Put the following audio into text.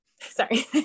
Sorry